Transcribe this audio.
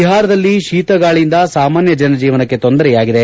ಬಿಹಾರದಲ್ಲಿ ಶೀತಗಾಳಿಯಿಂದ ಸಾಮಾನ್ಯ ಜನಜೀವನಕ್ಕೆ ತೊಂದರೆಯಾಗಿದೆ